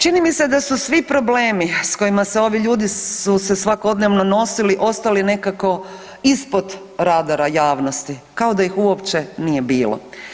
Čini mi se da su svi problemi s kojima se ovi ljudi su se svakodnevno nosili ostali nekako ispod radara javnosti, kao da ih uopće nije bilo.